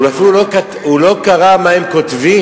הוא אפילו לא קרא מה הם כותבים,